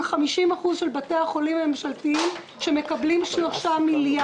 50% של בתי החולים הממשלתיים שמקבלים 3 מיליארד.